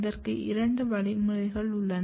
அதற்கு இரண்டு வழிமுறைகள் உள்ளன